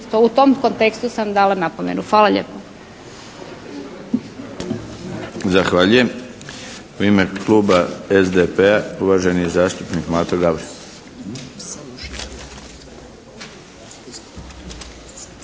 u tom kontekstu sam dala napomenu. Hvala lijepo.